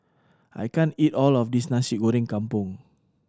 I can't eat all of this Nasi Goreng Kampung